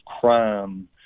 crime